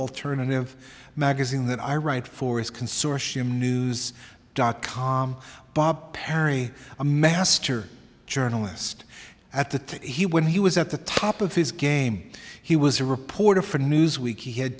alternative magazine that i write for is consortium news dot com bob perry a master journalist at the he when he was at the top of his game he was a reporter for newsweek he had